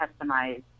customize